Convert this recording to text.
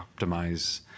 optimize